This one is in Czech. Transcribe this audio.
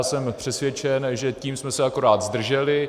Jsem přesvědčen, že jsme se tím akorát zdrželi.